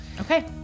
okay